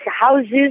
houses